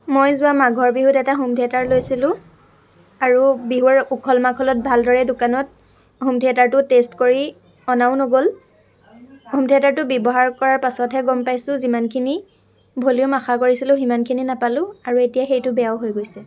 মই যোৱা মাঘৰ বিহুত এটা হোম থিয়েটাৰ লৈছিলোঁ আৰু বিহুৰ উখল মাখলত ভালদৰে দোকানত হোম থিয়েটাৰটোত টেষ্ট কৰি অনাও নগ'ল হোম থিয়েটাৰটো ব্যৱহাৰ কৰাৰ পাছতহে গ'ম পাইছোঁ যিমানখিনি ভলিউম আশা কৰিছিলোঁ সিমানখিনি নাপালোঁ আৰু এতিয়া সেইটো বেয়াও হৈ গৈছে